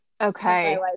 Okay